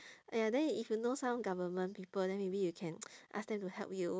!aiya! then if you know some government people then maybe you know can ask them to help you